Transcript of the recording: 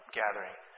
gathering